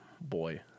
Boy